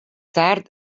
tard